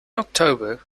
october